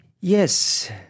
Yes